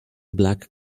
black